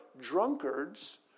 drunkards